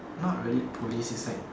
not really police is like